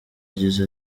agize